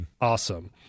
Awesome